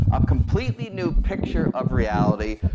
a completely new picture of reality,